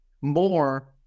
more